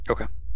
Okay